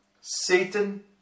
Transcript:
Satan